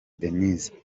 denise